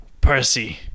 Percy